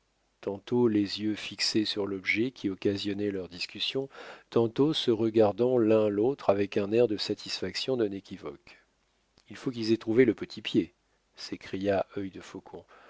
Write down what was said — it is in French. tantôt les yeux fixés sur l'objet qui occasionnait leur discussion tantôt se regardant l'un l'autre avec un air de satisfaction non équivoque il faut qu'ils aient trouvé le petit pied s'écria œil defaucon en